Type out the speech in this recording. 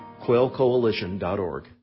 quailcoalition.org